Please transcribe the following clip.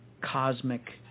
cosmic